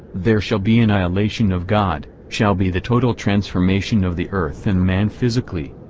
there shall be annihilation of god, shall be the total transformation of the earth and man physically.